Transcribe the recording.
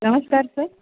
नमस्कार सर